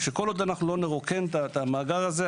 וכל עוד שלא נרוקן את המאגר הזה,